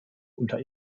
unter